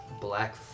black